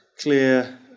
clear